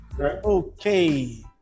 Okay